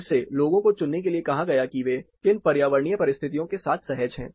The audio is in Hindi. फिर से लोगों को चुनने के लिए कहा गया कि वे किन पर्यावरणीय परिस्थितियों के साथ सहज हैं